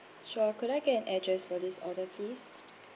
sure could I get an address for this order please